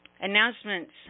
Announcements